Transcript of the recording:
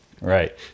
Right